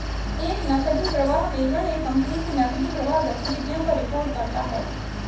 एक नकदी प्रवाह विवरण एक कंपनी की नकदी प्रवाह गतिविधियों पर रिपोर्ट करता हैं